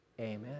Amen